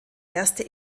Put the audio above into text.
erste